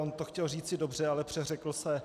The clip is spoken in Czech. On to chtěl říci dobře, ale přeřekl se.